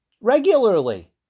Regularly